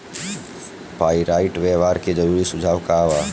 Pyrite व्यवहार के जरूरी सुझाव का वा?